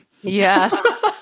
Yes